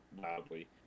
loudly